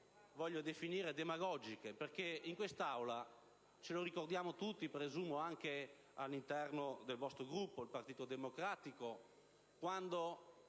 che definisco demagogiche. In quest'Aula ce lo ricordiamo tutti, presumo anche all'interno del vostro Gruppo del Partito Democratico: quando